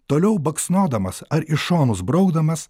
toliau baksnodamas ar į šonus braukdamas